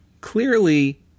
clearly